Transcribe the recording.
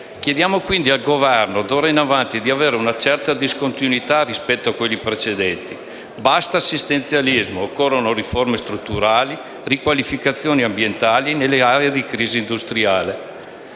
Chiediamo quindi al Governo di avere, d'ora in avanti, una certa discontinuità rispetto a quelli precedenti. Basta assistenzialismo: occorrono riforme strutturali e riqualificazioni ambientali nelle aree di crisi industriale.